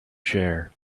chair